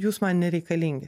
jūs man nereikalingi